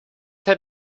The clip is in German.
denn